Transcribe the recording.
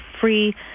free